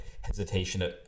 hesitation